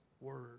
Word